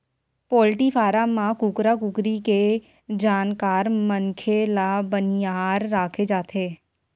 poultry farm म कुकरा कुकरी के जानकार मनखे ल बनिहार राखे जाथे